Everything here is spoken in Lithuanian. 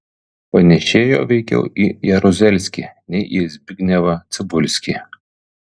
panėšėjo veikiau į jeruzelskį nei į zbignevą cibulskį